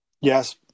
Yes